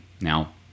Now